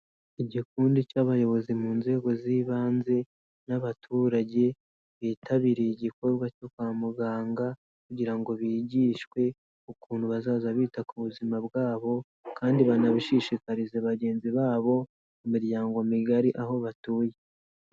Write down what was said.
Igikundi cy'abayobozi mu nzego z'ibanze n'abaturage, bitabiriye igikorwa cyo kwa muganga kugira ngo bigishwe ukuntu bazaza bita ku buzima bwabo, kandi banabishishikarize bagenzi babo, mu miryango migari aho batuye.